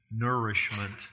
nourishment